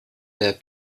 their